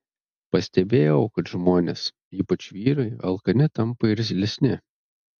pastebėjau kad žmonės ypač vyrai alkani tampa irzlesni